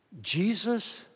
Jesus